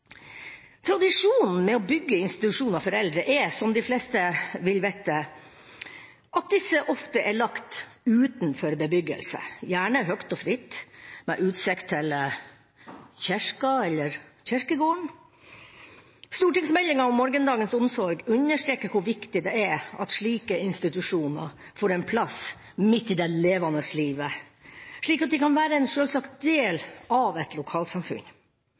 Tradisjonen med å bygge institusjoner for eldre er, som de fleste vil vite, at disse ofte er lagt utenfor bebyggelse, gjerne høyt og fritt, og med utsikt til kirka eller kirkegården. Stortingsmeldinga om morgendagens omsorg understreker hvor viktig det er at slike institusjoner får en plass midt i det levende livet, slik at de kan være en sjølsagt del av et lokalsamfunn.